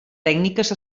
tècniques